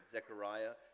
Zechariah